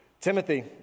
Timothy